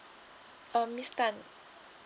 uh miss tan